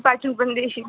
आणि पाठवून पण देशील